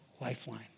lifeline